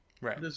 Right